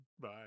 Bye